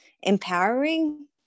empowering